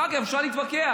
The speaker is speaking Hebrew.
אחר כך אפשר להתווכח.